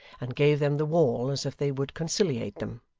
and gave them the wall as if they would conciliate them.